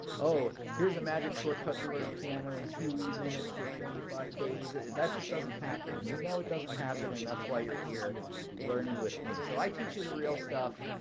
oh, here's a magic short cut to learn piano in two minutes or twenty five days. that just doesn't happen. and you know it doesn't happen and that's why you're here learning with me. so i teach you the real stuff.